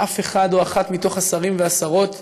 ואין אף אחד או אחת מתוך השרים והשרות,